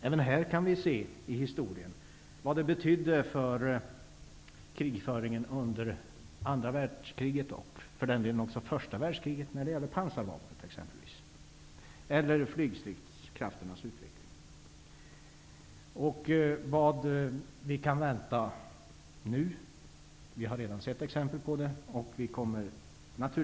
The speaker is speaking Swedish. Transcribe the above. Även här kan vi i historien se vad utvecklingen av t.ex. pansarvapen, eller flygstridskrafternas utveckling, betydde för krigföringen under andra världskriget och under första världskriget. Vi har redan sett exempel på vad vi nu kan vänta.